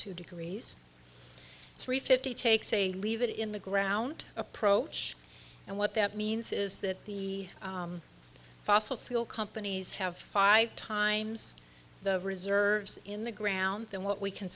two degrees three fifty takes a leave it in the ground approach and what that means is that the fossil fuel companies have five times the reserves in the ground than what we can